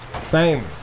famous